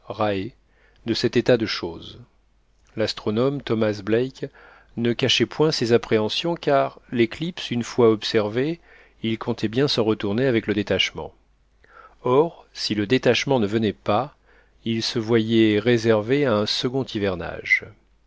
de cet état de choses l'astronome thomas black ne cachait point ses appréhensions car l'éclipse une fois observée il comptait bien s'en retourner avec le détachement or si le détachement ne venait pas il se voyait réservé à un second hivernage